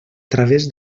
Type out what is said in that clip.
través